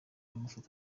amafoto